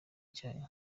cyayo